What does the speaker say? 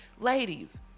ladies